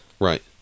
right